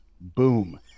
boom